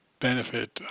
benefit